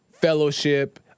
fellowship